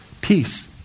Peace